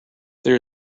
there